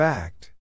Fact